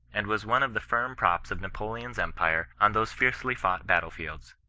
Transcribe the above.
and was one of the firm props of napoleon's empire on those fiercely fought battle-fields.